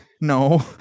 no